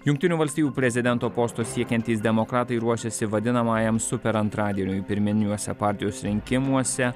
jungtinių valstijų prezidento posto siekiantys demokratai ruošiasi vadinamajam super antradieniui pirminiuose partijos rinkimuose